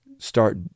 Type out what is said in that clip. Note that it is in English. start